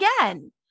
again